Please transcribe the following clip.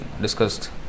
discussed